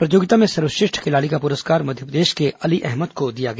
प्रतियोगिता में सर्वश्रेष्ठ खिलाड़ी का पुरस्कार मध्यप्रदेश के अली अहमद को दिया गया